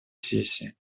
сессии